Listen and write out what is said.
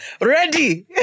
Ready